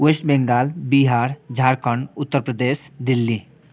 West Bengal Bihar Jharkhand Uttar Pradesh Delhi